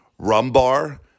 Rumbar